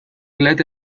lete